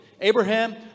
Abraham